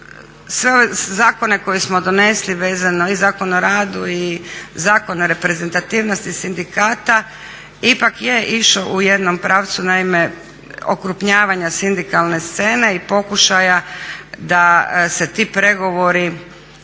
sve ove zakone koje smo donesli vezano i Zakon o radu i Zakon o reprezentativnosti sindikata ipak je išao u jednom pravcu, naime okrupnjavanja sindikalne scene i pokušaja da se ti pregovori